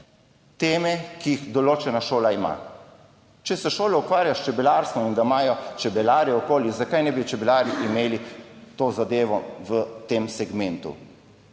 teme, ki jih določena šola ima. Če se šola ukvarja s čebelarstvom in da imajo čebelarje okoli, zakaj ne bi čebelarji imeli te zadeve v tem segmentu.